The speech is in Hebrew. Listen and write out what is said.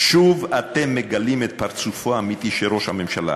שוב אתם מגלים את פרצופו האמיתי של ראש הממשלה.